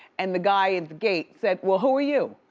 and the guy at the gate said, well, who are you?